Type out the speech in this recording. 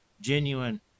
genuine